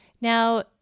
Now